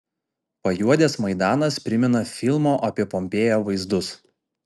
pajuodęs maidanas primena filmo apie pompėją vaizdus